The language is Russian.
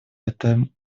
этом